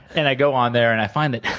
and i go on there and i find that,